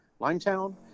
Limetown